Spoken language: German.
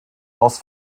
aus